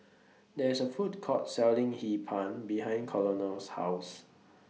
There IS A Food Court Selling Hee Pan behind Colonel's House